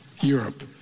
Europe